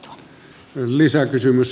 arvoisa puhemies